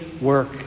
work